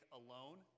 alone